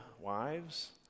wives